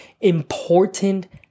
important